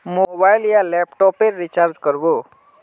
Mobile या laptop पेर recharge कर बो?